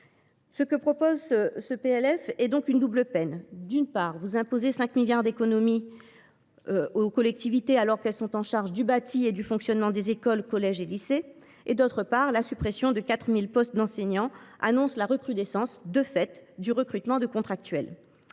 d’adopter sont en fait une double peine : d’une part, vous imposez 5 milliards d’euros d’économie aux collectivités, alors qu’elles ont la charge du bâti et du fonctionnement des écoles, des collèges et des lycées ; de l’autre, la suppression de 4 000 postes d’enseignants annonce la recrudescence, de fait, du recrutement de contractuels.